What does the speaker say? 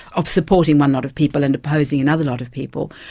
of supporting one lot of people and opposing another lot of people,